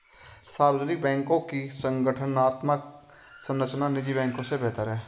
सार्वजनिक बैंकों की संगठनात्मक संरचना निजी बैंकों से बेहतर है